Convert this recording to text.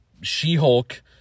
She-Hulk